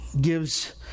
gives